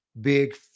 Big